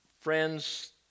Friends